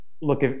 look